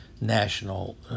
National